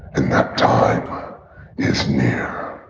and that timeline is near